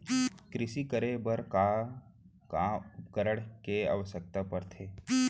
कृषि करे बर का का उपकरण के आवश्यकता परथे?